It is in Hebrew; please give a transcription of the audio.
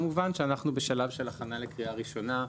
כמובן שאנחנו בשלב של הכנה לקריאה ראשונה,